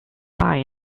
lie